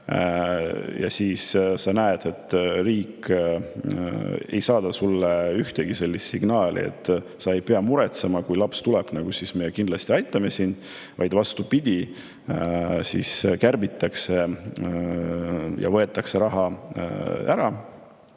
küljest] sa näed, et riik ei saada sulle ühtegi sellist signaali, et sa ei pea muretsema, kui laps tuleb, me kindlasti aitame, vaid vastupidi, [toetusi] kärbitakse, võetakse raha ära,